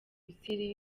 misiri